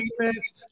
defense